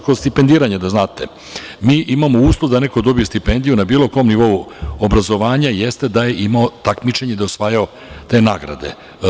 Kod stipendiranja, da znate, mi imamo uslov da neko dobije stipendiju na bilo kom nivou obrazovanja jeste da je imao takmičenje i da je osvajao nagrade.